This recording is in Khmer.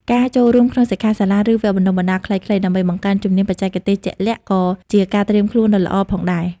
ការចូលរួមក្នុងសិក្ខាសាលា ឬវគ្គបណ្តុះបណ្តាលខ្លីៗ ដើម្បីបង្កើនជំនាញបច្ចេកទេសជាក់លាក់ ក៏ជាការត្រៀមខ្លួនដ៏ល្អផងដែរ។